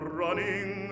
running